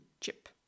chip